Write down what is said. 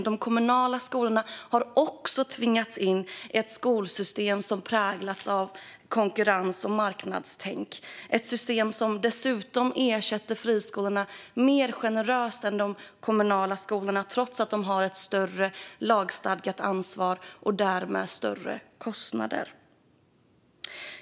De kommunala skolorna har också tvingats in i ett skolsystem som präglas av konkurrens och marknadstänk, ett system som dessutom ersätter friskolorna mer generöst än de kommunala skolorna, trots att de kommunala skolorna har ett större lagstadgat ansvar och därmed större kostnader.